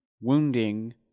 wounding